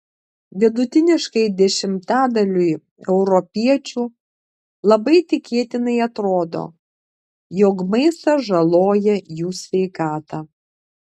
vidutiniškai dešimtadaliui europiečių labai tikėtinai atrodo jog maistas žaloja jų sveikatą